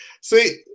see –